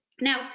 Now